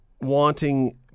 wanting